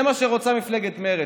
זה מה שרוצה מפלגת מרצ.